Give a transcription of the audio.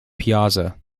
piazza